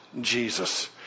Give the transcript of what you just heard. Jesus